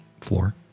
floor